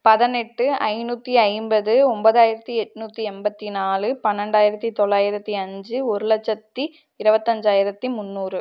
பதினெட்டு ஐநூற்றி ஐம்பது ஒன்பதாயிரத்தி எட்நூற்றி எண்பத்தி நாலு பன்னெண்டாயிரத்தி தொள்ளாயிரத்தி அஞ்சு ஒரு லட்சத்தி இருபத்தஞ்சாயிரத்தி முந்நூறு